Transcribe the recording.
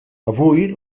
avui